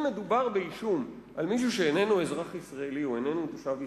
אם מדובר באישום על מישהו שאיננו אזרח ישראלי או איננו תושב ישראל,